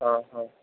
ആ ആ